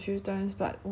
quite interesting